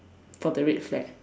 for the red flag